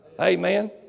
Amen